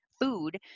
food